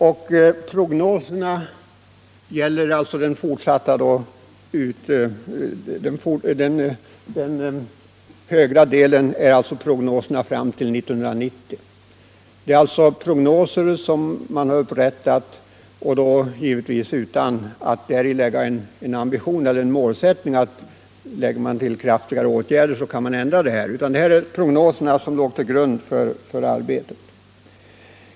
Den högra delen av bilden visar prognoserna fram till 1990. Dessa prognoser har upprättats utan någon målsättning att ta till kraftigare åtgärder för att ändra utvecklingen. Bilden visar vad som sker om inte nya åtgärder sätts in.